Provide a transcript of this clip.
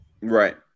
Right